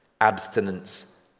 abstinence